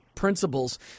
principles